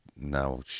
now